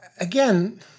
again